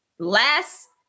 last